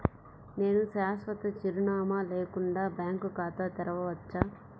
నేను శాశ్వత చిరునామా లేకుండా బ్యాంక్ ఖాతా తెరవచ్చా?